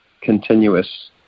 continuous